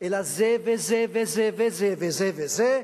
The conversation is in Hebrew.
אלא זה וזה וזה וזה וזה וזה,